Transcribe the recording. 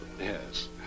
Yes